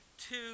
two